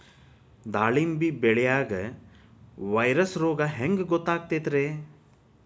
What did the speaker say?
ದಾಳಿಂಬಿ ಬೆಳಿಯಾಗ ವೈರಸ್ ರೋಗ ಹ್ಯಾಂಗ ಗೊತ್ತಾಕ್ಕತ್ರೇ?